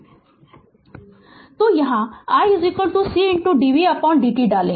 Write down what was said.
Refer Slide Time 1507 तो यहाँ i c dvdt डालें